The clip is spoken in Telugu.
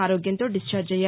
ఆరోగ్యంతో డిశ్చార్జ్ అయ్యారు